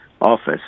office